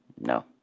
no